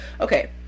okay